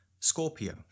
Scorpio